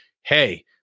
hey